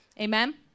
Amen